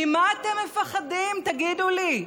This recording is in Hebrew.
ממה אתם מפחדים, תגידו לי?